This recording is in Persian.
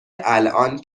الان